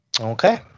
Okay